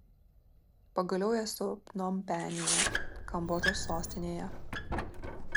pagaliau esu pnompenyje kambodžos sostinėje